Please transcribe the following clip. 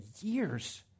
years